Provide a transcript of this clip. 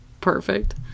perfect